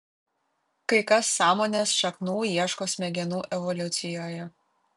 kai kas sąmonės šaknų ieško smegenų evoliucijoje